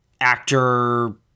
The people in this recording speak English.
actor